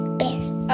bears